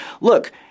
look